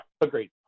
Agreed